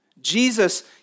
Jesus